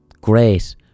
great